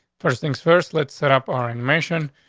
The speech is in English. first things first, let's set up our information,